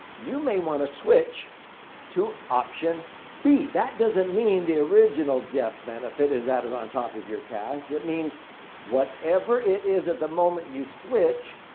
you may want to switch to option b. that doesn't mean the original death benefit is added on top of your cash. it means whatever it is at the moment you switch,